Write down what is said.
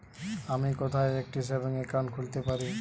আমি কোথায় একটি সেভিংস অ্যাকাউন্ট খুলতে পারি?